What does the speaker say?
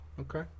okay